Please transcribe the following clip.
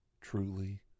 truly